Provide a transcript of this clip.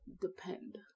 depend